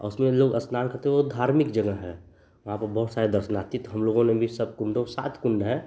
और उसमें लोग अस्नान करते हुए धार्मिक जगह है वहाँ पर बहुत सारे दर्शनार्थी तो हमलोगों ने भी सब कुण्डों सात कुण्ड हैं